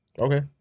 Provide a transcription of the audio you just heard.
Okay